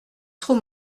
trop